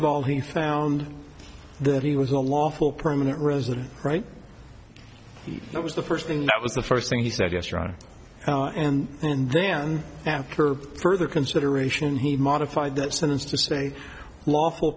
of all he found that he was a lawful permanent resident right it was the first thing that was the first thing he said yes ron and then after further consideration he modified that sentence to say lawful